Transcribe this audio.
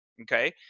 Okay